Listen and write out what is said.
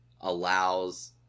allows